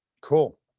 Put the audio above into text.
Cool